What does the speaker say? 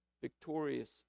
victorious